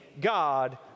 God